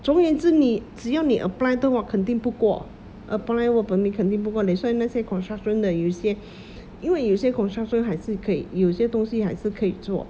总而言之你只要你 apply 的话肯定不过 apply work permit 肯定不过所以那些 construction 的有些因为有些 construction 的还是可以有些东西还是可以做